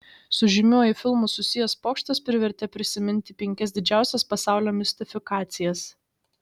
su žymiuoju filmu susijęs pokštas privertė prisiminti penkias didžiausias pasaulio mistifikacijas